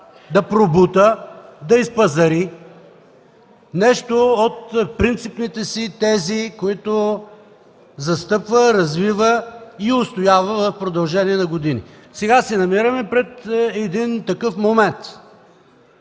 да пробута, да изпазари нещо от принципните си тези, които застъпва, развива и устоява в продължение на години. Сега се намираме пред един такъв момент,